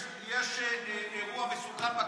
יש אירוע מסוכן בכנסת,